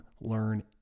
learn